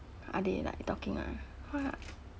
are they like talking ah what